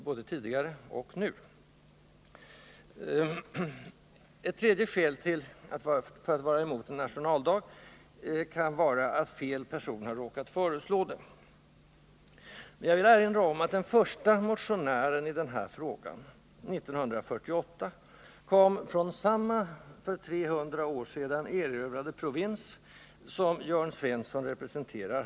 Ett tredje skäl att vara emot förslaget att göra den 6 juni till nationaldag kan vara att fel person har lagt fram detta. Jag vill då erinra om att den som motionerade i frågan första gången, 1948, kom från samma för 300 år sedan erövrade provins som Jörn Svensson här representerar.